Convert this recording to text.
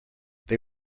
they